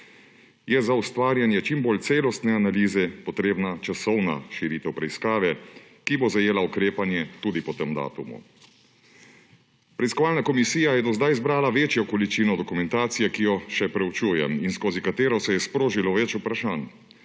je za ustvarjanje čim bolj celostne analize potrebna časovna širitev preiskave, ki bo zajela ukrepanje tudi po tem datumu. Preiskovalna komisija je do zdaj zbrala večjo količino dokumentacije, ki jo še preučujem in skozi katero se je sprožilo več vprašanj.